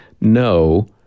no